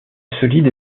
solide